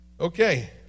Okay